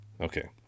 Okay